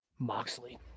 Moxley